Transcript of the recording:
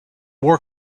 war